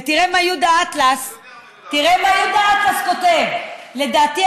ותראה מה יהודה אטלס כותב: "לדעתי,